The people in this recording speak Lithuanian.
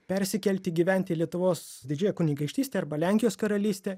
persikelti gyventi į lietuvos didžiąją kunigaikštystę arba lenkijos karalystę